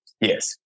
Yes